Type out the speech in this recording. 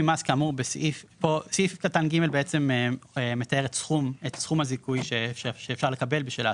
פה סעיף קטן (ג) בעצם מתאר את סכום הזיכוי שאפשר לקבל בשל ההשקעה.